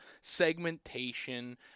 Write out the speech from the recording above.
segmentation